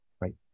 Right